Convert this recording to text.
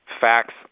facts